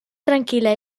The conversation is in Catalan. tranquil·la